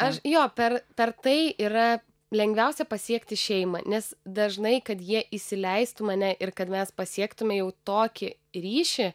aš jo per per tai yra lengviausia pasiekti šeimą nes dažnai kad jie įsileistų mane ir kad mes pasiektume jau tokį ryšį